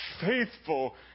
faithful